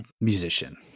musician